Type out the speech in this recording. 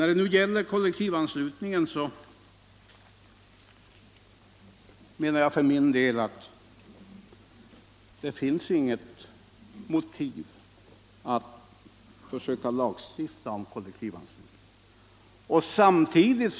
När det gäller kollektivanslutningen menar jag för min del att det inte finns något motiv för att försöka lagstifta om kollektivanslutningen.